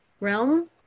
realm